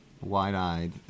wide-eyed